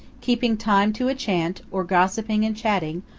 keeping time to a chant, or gossiping and chatting,